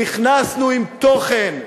נכנסנו עם תוכן.